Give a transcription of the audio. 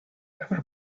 ever